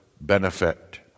benefit